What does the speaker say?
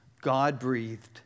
God-breathed